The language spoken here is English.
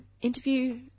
interview